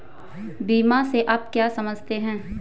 बीमा से आप क्या समझते हैं?